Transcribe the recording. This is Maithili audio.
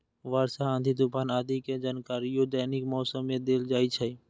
वर्षा, आंधी, तूफान आदि के जानकारियो दैनिक मौसम मे देल जाइ छै